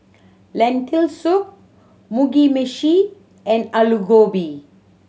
Lentil Soup Mugi Meshi and Alu Gobi